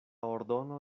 ordono